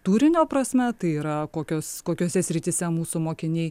turinio prasme tai yra kokios kokiose srityse mūsų mokiniai